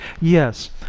Yes